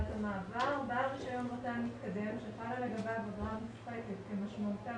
בעל רישיון רט"ן מתקדם שחלה לגביו אגרה מופחתת כמשמעותה